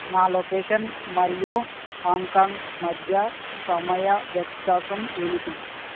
నా లొకేషన్ మరియు హాంకాంగ్ మధ్య సమయ వ్యత్యాసం ఏమిటి